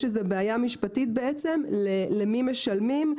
יש איזה בעיה משפטית בעצם למי משלמים,